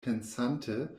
pensante